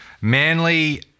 Manly